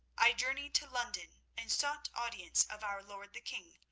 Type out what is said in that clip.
i journeyed to london and sought audience of our lord the king.